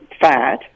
fat